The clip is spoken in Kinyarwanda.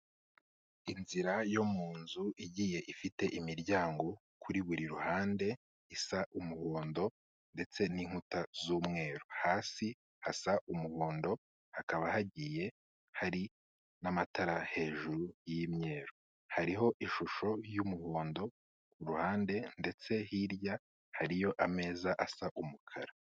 Inzira yo mu nzu igiye ifite imiryango kuri buri ruhande isa umuhondo ndetse n'inkuta z'umweru. Hasi hasa umuhondo, hakaba hagiye hari n'amatara hejuru y'imyeru. Hariho ishusho y'umuhondo ku ruhande ndetse hirya hariyo ameza asa umukara.